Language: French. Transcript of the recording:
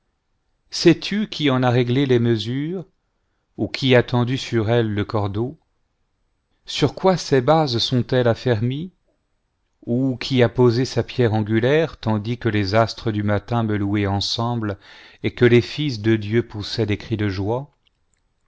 sais-tu qui en a réglé les mesures ou qui a tendu sur elle le cordeau sur quoi ses bases sont-elles affermies ou qui a posé sa pierre angulaire tandis que les astres du matin me louaient ensemble et que les fils de dieu poussaient des cris de joie